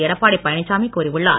எடப்பாடி பழனிசாமி கூறியுள்ளார்